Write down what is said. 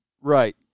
Right